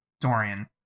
Dorian